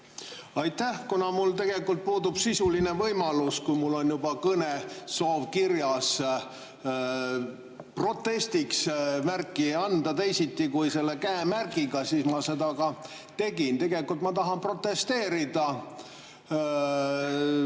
Aitäh! Kuna mul tegelikult puudub sisuline võimalus, kui mul on juba kõnesoov kirjas, protestist märku anda teisiti kui selle käemärgiga, siis ma seda ka tegin. Ma tahan protesteerida